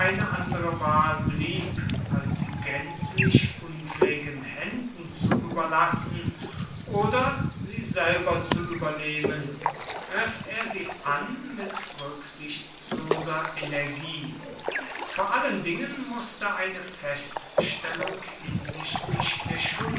keine andere wahl blieb als sie gänzlich unfähigen händen zu überlassen oder sie selber zu übernehmen griff er sie an mit rücksichtsloser energie vor allen dingen mußte eine feststellung hinsichtlich der